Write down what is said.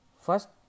First